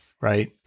right